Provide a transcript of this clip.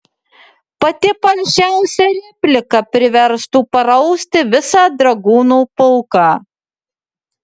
pati palšiausia replika priverstų parausti visą dragūnų pulką